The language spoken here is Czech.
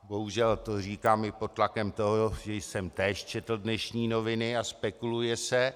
Bohužel to říkám i pod tlakem toho, že jsem též četl dnešní noviny, a spekuluje se.